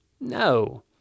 No